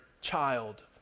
child